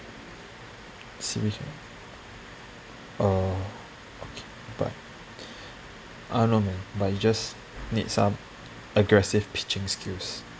C_B 什么 oh but I don't know it's just needs some aggresive pitching skills